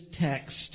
text